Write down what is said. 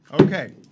Okay